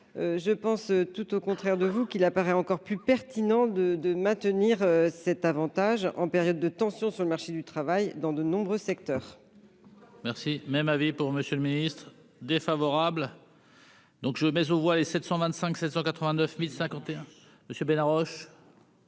je pense tout au contraire de vous qu'il apparaît encore plus pertinent de de maintenir cet Avantage en période de tension sur le marché du travail dans de nombreux secteurs. Voilà. Merci même avis pour Monsieur le Ministre, défavorable, donc je mais on voit les 725 789051 monsieur Bena Ross.